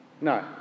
No